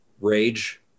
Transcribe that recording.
rage